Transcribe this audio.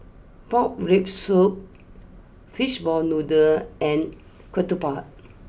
Pork Rib Soup Fishball Noodle and Ketupat